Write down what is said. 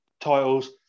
titles